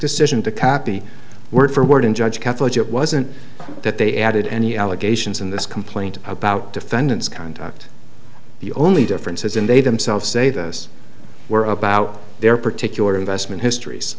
decision to copy word for word and judge catholic it wasn't that they added any allegations in this complaint about defendant's conduct the only difference is in they themselves say those were about their particular investment histories